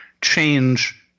change